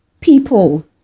people